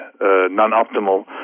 non-optimal